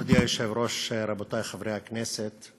מכובדי היושב-ראש, רבותי חברי הכנסת,